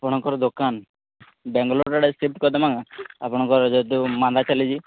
ଆପଣଙ୍କର ଦୋକାନ ବେଙ୍ଗଲୋର ଆଡ଼େ ସିଫ୍ଟ କରିଦେମା ଆପଣଙ୍କର ଯେହେତୁ ମାନ୍ଦା ଚାଲିଛି